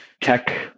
tech